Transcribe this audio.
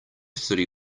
city